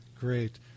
Great